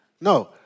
No